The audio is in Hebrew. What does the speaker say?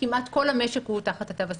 כמעט כל המשק הוא תחת התו הסגול.